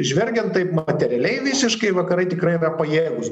žvelgiant taip materialiai visiškai vakarai tikrai yra pajėgūs